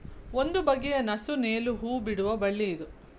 ಒಂದು ಬಗೆಯ ನಸು ನೇಲು ಹೂ ಬಿಡುವ ಬಳ್ಳಿ ಇದು